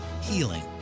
Healing